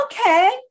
okay